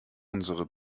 unsere